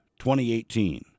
2018